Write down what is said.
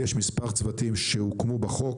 יש מספר צוותים שהוקמו בחוק.